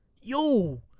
Yo